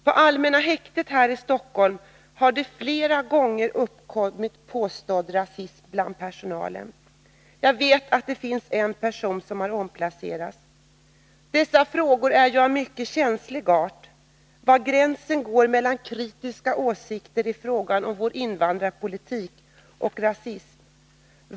På allmänna häktet här i Stockholm har det flera gånger gjorts påståenden om rasism bland personalen. Jag vet att en person har omplacerats. Dessa frågor är ju av mycket känslig art. Var går gränsen mellan kritiska åsikter i fråga om vår invandrarpolitik och rasism?